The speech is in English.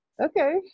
Okay